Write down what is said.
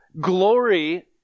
Glory